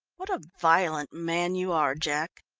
what a violent man you are, jack!